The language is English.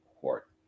Court